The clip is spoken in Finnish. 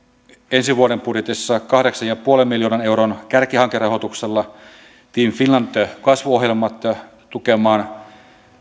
ensi vuoden budjetissa kahdeksan pilkku viiden miljoonan euron kärkihankerahoituksella team finland kasvuohjelmat tukemaan